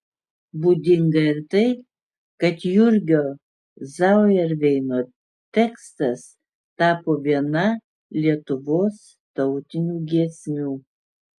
būdinga ir tai kad jurgio zauerveino tekstas tapo viena lietuvos tautinių giesmių